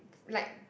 like